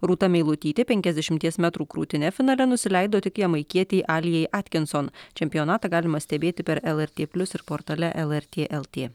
rūta meilutytė penkiasdešimties metrų krūtine finale nusileido tik jamaikietei alijai atkinson čempionatą galima stebėti per lrt plius ir portale lrt lt